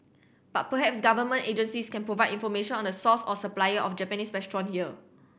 but perhaps Government agencies can provide information on the source or supplier of Japanese restaurant here